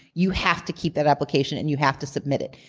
you have to keep that application, and you have to submit it.